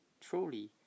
truly